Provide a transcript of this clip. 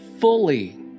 fully